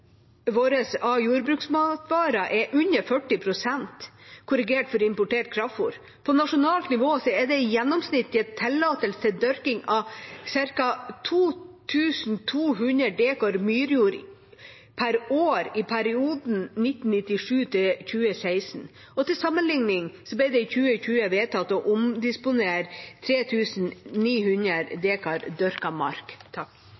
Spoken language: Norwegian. vår av jordbruksmatvarer er under 40 pst. – korrigert for importert kraftfôr. På nasjonalt nivå ble det gitt tillatelse til dyrking av i gjennomsnitt 2 200 dekar myrjord per år i perioden 1997–2016. Til sammenligning ble det i 2020 vedtatt å omdisponere